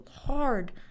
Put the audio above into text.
hard